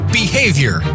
behavior